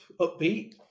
upbeat